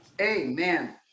Amen